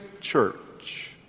Church